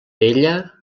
ella